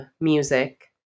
music